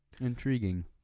intriguing